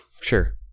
sure